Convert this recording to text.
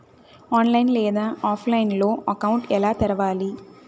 online లేదా ఆఫ్లైన్లో account ఎలా తెరవాలి